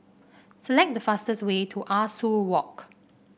select the fastest way to Ah Soo Walk